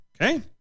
Okay